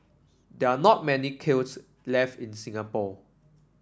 there are not many kilns left in Singapore